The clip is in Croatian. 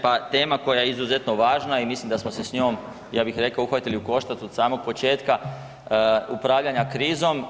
Pa tema koja je izuzetno važna i mislim da smo se s njom, ja bih rekao, uhvatili u koštac od samog početka upravljanja krizom.